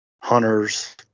hunters